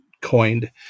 coined